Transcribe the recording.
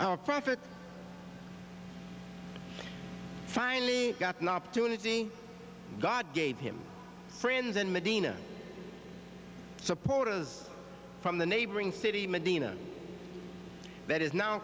prophet finally got an opportunity god gave him friends in medina supporters from the neighboring city medina that is now